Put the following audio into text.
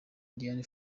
dian